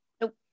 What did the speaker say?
Nope